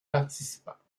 participants